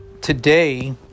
today